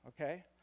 okay